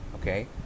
Okay